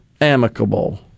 amicable